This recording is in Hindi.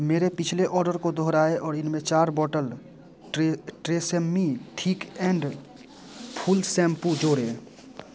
मेरे पिछले आर्डर को दोहराएँ और इनमें चार बॉटल ट्र Tresemme thick and full shampoo जोड़ें